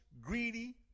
greedy